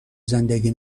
زندگی